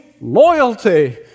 loyalty